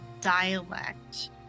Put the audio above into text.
dialect